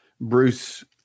Bruce